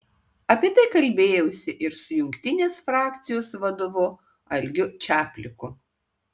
apie tai kalbėjausi ir su jungtinės frakcijos vadovu algiu čapliku